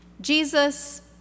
Jesus